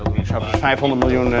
a five hundred million